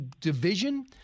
division